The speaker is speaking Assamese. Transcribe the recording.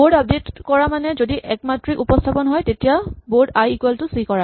বৰ্ড আপডেট কৰা মানে যদি একমাত্ৰিক উপস্হাপন হয় তেতিয়া board I equal to C কৰা